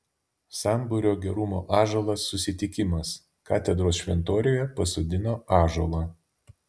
sambūrio gerumo ąžuolas susitikimas katedros šventoriuje pasodino ąžuolą